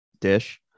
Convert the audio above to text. dish